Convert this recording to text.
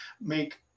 make